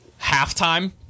halftime